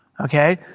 Okay